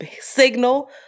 signal